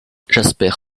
jasper